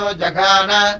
jagana